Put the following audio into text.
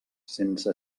sense